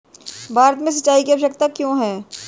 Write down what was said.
भारत में सिंचाई की आवश्यकता क्यों है?